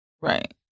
Right